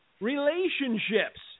relationships